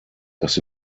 das